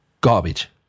Garbage